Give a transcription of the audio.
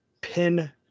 pin